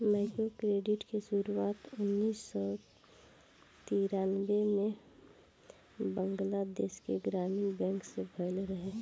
microcredit कअ शुरुआत उन्नीस और तिरानबे में बंगलादेश के ग्रामीण बैंक से भयल रहे